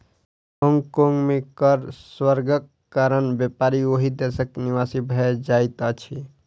Hong Kong में कर स्वर्गक कारण व्यापारी ओहि देशक निवासी भ जाइत अछिं